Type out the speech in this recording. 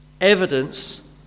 evidence